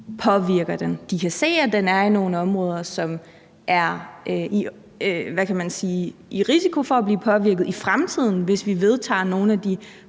påvirker den. De kan se, at den er i nogle områder, som er i risiko for at blive påvirket i fremtiden, hvis vi vedtager nogle af de